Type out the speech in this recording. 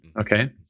Okay